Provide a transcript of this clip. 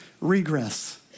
regress